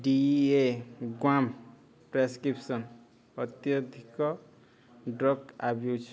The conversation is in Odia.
ଡି ଇ ଏ ଗ୍ଵାମ୍ ପ୍ରେସକ୍ରିପସନ୍ ଅତ୍ୟଧିକ ଡ୍ରଗ୍ ଆବ୍ୟୁଜ୍